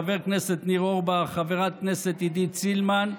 חבר הכנסת ניר אורבך, חברת הכנסת עידית סילמן,